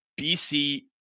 BC